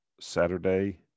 Saturday